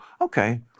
Okay